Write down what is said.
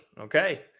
Okay